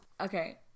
Okay